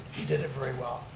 he did it very well.